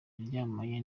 yaryamanye